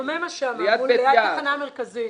ברוממה, ליד תחנה מרכזית.